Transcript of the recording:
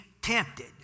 tempted